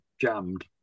jammed